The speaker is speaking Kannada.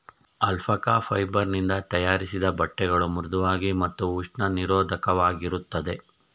ಅಲ್ಪಕಾ ಫೈಬರ್ ನಿಂದ ತಯಾರಿಸಿದ ಬಟ್ಟೆಗಳು ಮೃಧುವಾಗಿ ಮತ್ತು ಉಷ್ಣ ನಿರೋಧಕವಾಗಿರುತ್ತದೆ